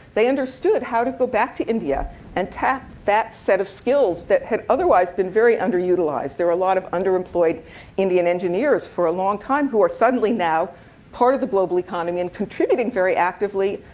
they understood how to go back to india and tap that set of skills that had otherwise been very underutilized. there were a lot of underemployed indian engineers for a long time who are suddenly now part of the global economy, and contributing very actively,